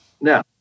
Now